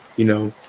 you know,